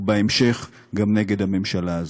ובהמשך גם נגד הממשלה הזאת.